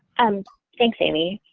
um thanks amy.